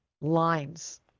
lines